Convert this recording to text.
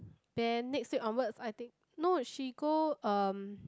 then next week onwards I think no she go um